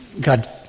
God